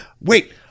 wait